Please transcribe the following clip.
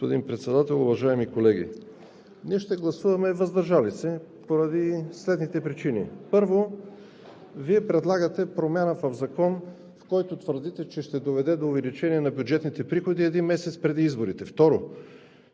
Ние ще гласуваме „въздържал се“ поради следните причини: Първо, Вие предлагате промяна в Закон, за който твърдите, че ще доведе до увеличение на бюджетните приходи един месец преди изборите. Второ,